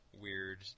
weird